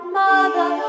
mother